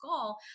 goal